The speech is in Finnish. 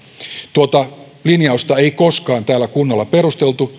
tuota linjausta ei koskaan täällä kunnolla perusteltu